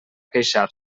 queixar